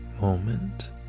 moment